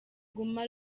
guma